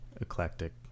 eclectic